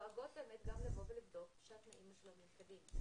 דואגות באמת גם לבוא ולבדוק שהתנאים משולמים כדין.